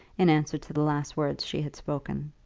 in answer to the last words she had spoken.